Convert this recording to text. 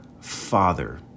Father